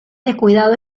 descuidado